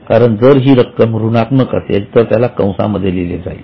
कारण जर ही रक्कम ऋणात्मक असेल तर त्याला कंसामध्ये लिहिले जाईल